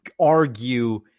argue